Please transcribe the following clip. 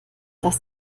dass